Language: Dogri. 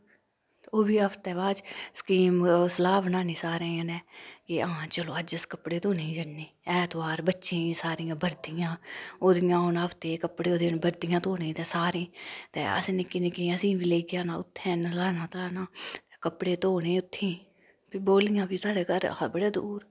ते ओह्वी हफ्तै बाच सकीम सलाह् बनानी सारैं जनैं कि हां चलो अज अस कपड़े धोने जन्ने ऐतबार बच्चें सारियां बर्दियां हो दियां होन हफ्ते कपड़े हो दे होन बर्दियां धोने ता सारें ते असें निक्कें निक्के असें बी लेई जाना उत्थें नलाना तलाना कपड़े धोने उत्थीं फ्ही बौलियां बी साढ़ै घरे हा बड़े दूर